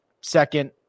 second